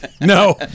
no